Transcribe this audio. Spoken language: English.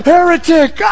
Heretic